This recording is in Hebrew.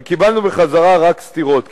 וקיבלנו בחזרה רק סטירות.